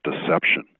deception